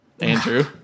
andrew